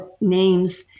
names